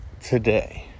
today